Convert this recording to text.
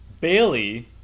Bailey